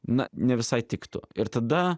na ne visai tiktų ir tada